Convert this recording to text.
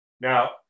now